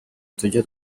tujya